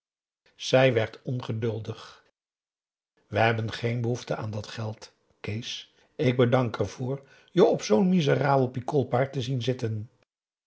zij werd ongeduldig we hebben geen behoefte aan dat geld kees ik bedank ervoor je op zoo'n miserabel pikolpaard te zien zitten